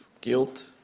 guilt